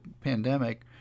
pandemic—